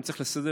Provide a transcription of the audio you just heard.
אם צריך לסדר,